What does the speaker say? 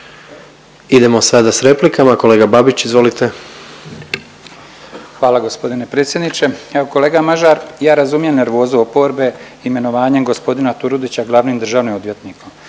Idemo sada s replikama, kolega Babić izvolite. **Babić, Ante (HDZ)** Hvala g. predsjedniče. Evo kolega Mažar, ja razumijem nervozu oporbe imenovanjem g. Turudića glavnim državnim odvjetnikom.